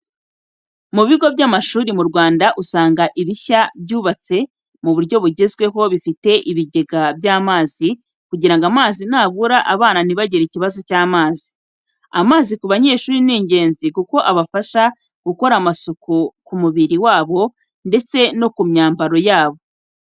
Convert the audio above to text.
Mu bigo by'amashuri mu Rwanda usanga ibishya byubatse mu buryo bugezweho bifite ibigega by'amazi, kugira ngo amazi nabura abana ntibagire ikibazo cy'amazi. Amazi ku banyeshuri ni ingenzi kuko abafasha gukora amasuku ku mubiri wabo ndetse no myambaro yabo.